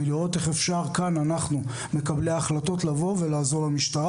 ולראות איך אפשר כאן אנחנו מקבלי ההחלטות לבוא ולעזור למשטרה,